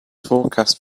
forecast